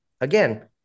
Again